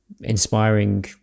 inspiring